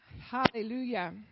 Hallelujah